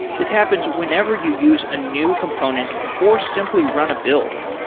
this happens whenever you use a new component or simply run a build.